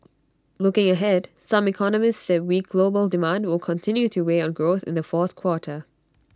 looking ahead some economists said weak global demand will continue to weigh on growth in the fourth quarter